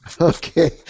Okay